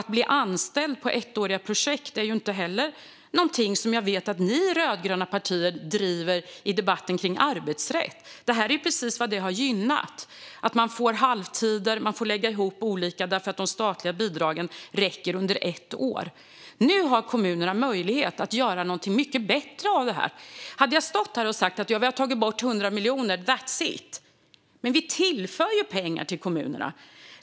Att folk ska anställas i ettåriga projekt är ju heller inte något som ni rödgröna driver i debatten om arbetsrätt. Kortvariga projektanställningar gynnas ju av detta: Man får halvtider och får lägga ihop olika tjänster, för de statliga bidragen räcker bara under ett år. Nu har kommunerna möjlighet att göra något bättre av detta. Det hade varit en annan sak om jag hade stått här och sagt: Vi har tagit bort 100 miljoner, that's it! Men vi tillför ju pengar till kommunerna.